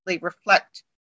reflect